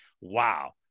Wow